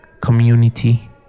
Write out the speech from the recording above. Community